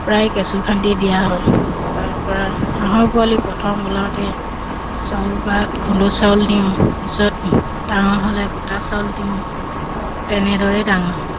প্ৰায় কেঁচু খান্দি দিয়া হয় তাৰপৰা হাঁহৰ পোৱালি প্ৰথম ওলাওঁতে চাউল পাত খুন্দু চাউল দিওঁ পিছত ডাঙৰ হ'লে গোটা চাউল দিওঁ তেনেদৰেই ডাঙৰ হয়